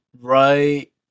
Right